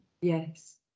Yes